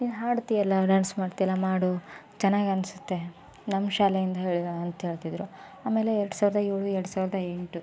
ನೀ ಹಾಡ್ತೀಯಲ್ಲ ಡ್ಯಾನ್ಸ್ ಮಾಡ್ತೀಯಲ್ಲ ಮಾಡು ಚೆನ್ನಾಗಿ ಅನಿಸುತ್ತೆ ನಮ್ಮ ಶಾಲೆಯಿಂದ ಹೇಳು ಅಂತೇಳ್ತಿದ್ದರು ಆಮೇಲೆ ಎರಡು ಸಾವಿರದ ಏಳು ಎರಡು ಸಾವಿರದ ಎಂಟು